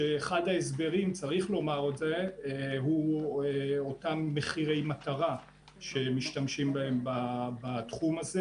כשצריך לומר שאחד ההסברים הוא אותם מחירי מטרה שמשתמשים בהם בתחום הזה.